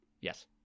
Yes